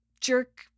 jerk